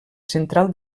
central